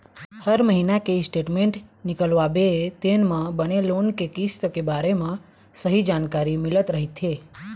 हर महिना के स्टेटमेंट निकलवाबे तेन म बने लोन के किस्त के बारे म सहीं जानकारी मिलत रहिथे